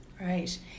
Right